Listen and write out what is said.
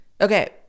Okay